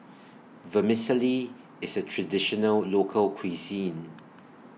Vermicelli IS A Traditional Local Cuisine